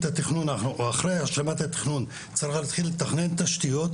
אחרי השלמת התכנון צריך להתחיל לתכנן תשתיות,